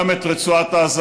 גם את רצועת עזה.